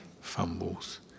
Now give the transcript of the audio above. fumbles